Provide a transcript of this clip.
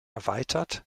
erweitert